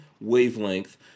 wavelength